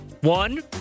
one